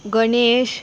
Ganesh